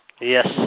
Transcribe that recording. Yes